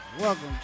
Welcome